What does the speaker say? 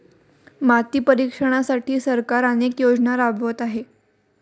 माती परीक्षणासाठी सरकार अनेक योजना राबवत आहे